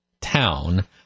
town